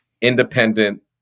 independent